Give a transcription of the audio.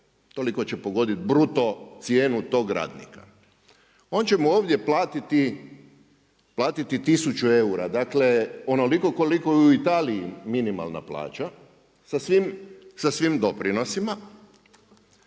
Toliko će pogoditi bruto cijenu tog radnika. On će mu ovdje platiti 1000 eura, dakle onoliko koliko je u Italiji minimalna plaća, sa svim doprinosima